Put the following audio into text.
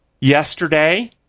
Yesterday